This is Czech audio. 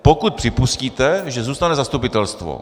Pokud připustíte, že zůstane zastupitelstvo.